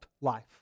life